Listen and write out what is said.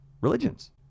religions